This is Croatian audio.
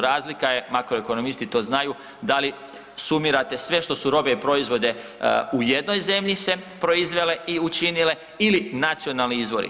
Razlika je, makroekonomisti to znaju, da li sumirate sve što su robe i proizvode u jednoj zemlji se proizvele i učinile ili nacionalni izvori.